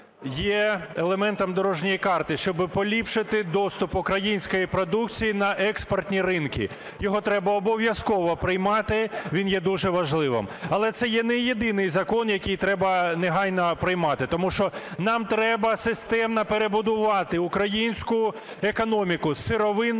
є елементом дорожньої карти, щоби поліпшити доступ української продукції на експортні ринки. Його треба обов'язково приймати, він є дуже важливим. Але це є не єдиний закон, який треба негайно приймати, тому що нам треба системно перебудувати українську економіку з сировинного